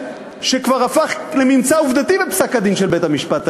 שכבר הפך לממצא עובדתי בפסק-הדין של בית-המשפט העליון.